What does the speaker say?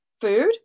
food